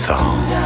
Song